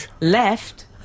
left